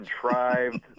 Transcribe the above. contrived